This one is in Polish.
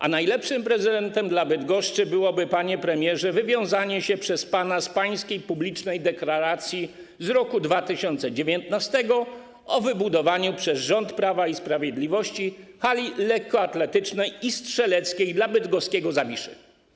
A najlepszym prezentem dla Bydgoszczy byłoby, panie premierze, wywiązanie się przez pana z pańskiej publicznej deklaracji z 2019 r. o wybudowaniu przez rząd Prawa i Sprawiedliwości hali lekkoatletycznej i strzeleckiej dla bydgoskiego Zawiszy.